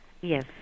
Yes